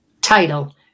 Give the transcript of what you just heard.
title